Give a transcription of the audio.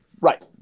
Right